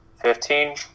Fifteen